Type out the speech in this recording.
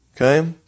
Okay